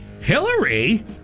Hillary